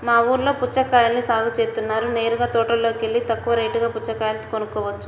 మా ఊల్లో పుచ్చకాయల్ని సాగు జేత్తన్నారు నేరుగా తోటలోకెల్లి తక్కువ రేటుకే పుచ్చకాయలు కొనుక్కోవచ్చు